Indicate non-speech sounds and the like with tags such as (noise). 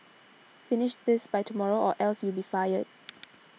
(noise) finish this by tomorrow or else you'll be fired